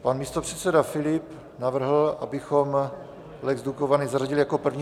Pan místopředseda Filip navrhl, abychom lex Dukovany zařadili jako první bod.